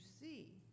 see